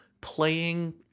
playing